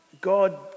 God